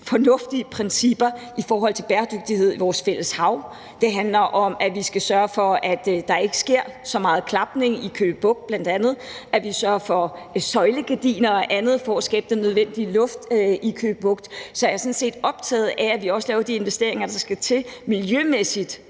fornuftige principper i forhold til bæredygtighed i vores fælles hav. Det handler om, at vi skal sørge for, at der ikke sker så meget klapning i Køge Bugt bl.a., og at vi sørger for søjlegardiner og andet for at skabe den nødvendige luft i Køge Bugt. Så jeg er sådan set optaget af, at vi også laver de investeringer, der skal til miljømæssigt,